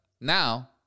now